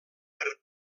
per